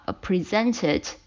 presented